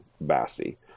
Basti